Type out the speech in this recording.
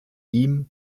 ihm